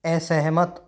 असहमत